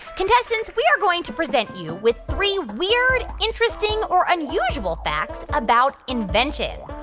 contestants, we are going to present you with three weird, interesting or unusual facts about inventions.